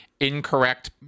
incorrect